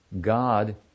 God